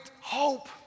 hope